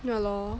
ya lor